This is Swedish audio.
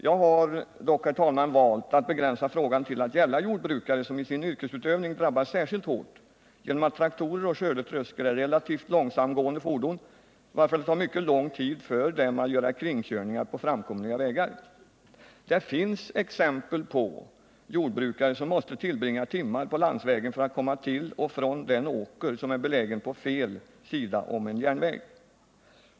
Jag har dock, herr talman, valt att begränsa frågan till att gälla jordbrukarna, som i sin yrkesutövning drabbas särskilt hårt genom att traktorer och skördetröskor är relativt långsamtgående fordon, varför det tar mycket lång tid för dem att göra kringkörningar på framkomliga vägar. Det finns exempel på jordbrukare som måste tillbringa timmar på landsvägen för att komma till och från den åker som är belägen på ”fel” sida om en järnväg.